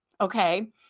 Okay